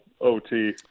OT